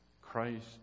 Christ